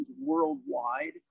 worldwide